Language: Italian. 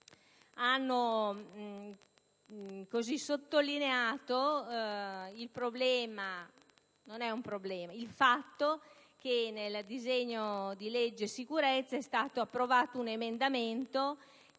hanno sottolineato il fatto che nel decreto sicurezza è stato approvato un emendamento